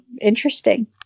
interesting